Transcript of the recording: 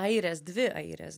airės dvi airės